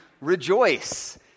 rejoice